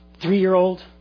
Three-year-old